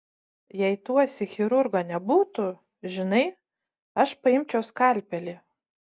jei tuosyk chirurgo nebūtų žinai aš paimčiau skalpelį